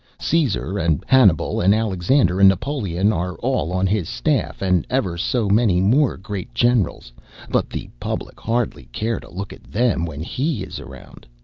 caesar, and hannibal, and alexander, and napoleon are all on his staff, and ever so many more great generals but the public hardly care to look at them when he is around.